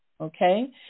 okay